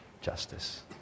justice